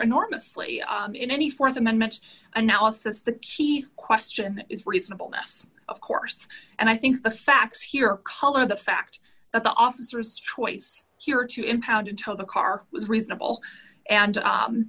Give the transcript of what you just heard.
enormously in any th amendment analysis the key question is reasonable ness of course and i think the facts here colored the fact that the officers choice here to impound until the car was reasonable and